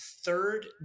third